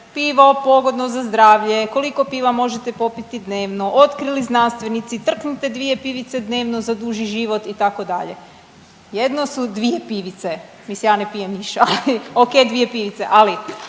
pivo pogodno za zdravlje, koliko piva možete popiti dnevno, otkrili znanstvenici trknite dvije pivice dnevno za duži život itd., jedno su dvije pivice, mislim ja ne pijem niš, ali okej dvije pivice, ali